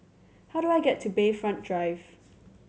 how do I get to Bayfront Drive